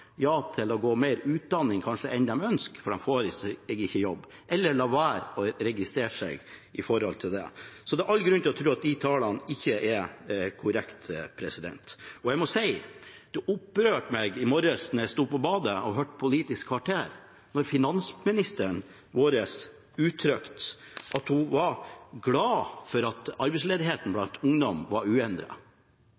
ja til å ta mer utdanning enn de kanskje ønsker, for de får seg ikke jobb, eller lar være å registrere seg i forhold til det. Så det er all grunn til å tro at de tallene ikke er korrekte. Jeg må si at det opprørte meg i morges da jeg stod på badet og hørte Politisk kvarter, for finansministeren vår ga uttrykk for at hun var glad for at arbeidsledigheten